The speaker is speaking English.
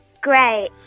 Great